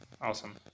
Awesome